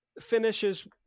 finishes